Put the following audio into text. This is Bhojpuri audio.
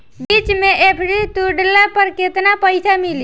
बीच मे एफ.डी तुड़ला पर केतना पईसा मिली?